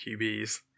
QBs